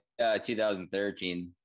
2013